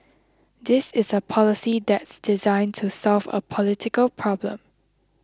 this is a policy that's designed to solve a political problem